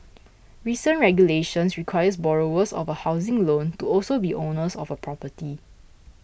recent regulations requires borrowers of a housing loan to also be owners of a property